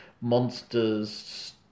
Monsters